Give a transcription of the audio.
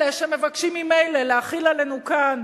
אלה שמבקשים ממילא להחיל עלינו כאן